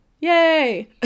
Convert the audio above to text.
Yay